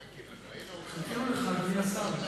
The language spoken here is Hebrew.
חיכינו לך, אדוני השר.